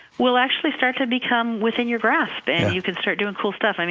will actually start to become within your grasp, and you can start doing cool stuff. i mean